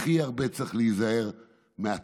הכי הרבה צריך להיזהר מהצבועים.